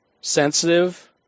Sensitive